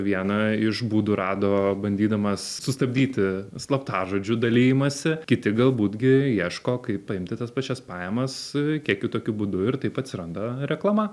vieną iš būdų rado bandydamas sustabdyti slaptažodžių dalijimąsi kiti galbūt gi ieško kaip paimti tas pačias pajamas veikia kitokiu būdu ir taip atsiranda reklama